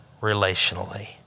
relationally